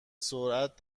سرعت